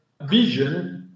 vision